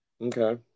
Okay